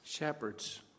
Shepherds